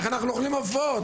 איך אנחנו אוכלים עופות,